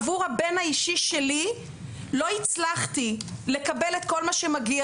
עבור הבן האישי שלי לא הצלחתי לקבל את כל מה שמגיע